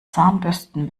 zahnbürsten